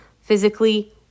physically